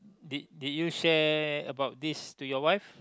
did did you share about this to your wife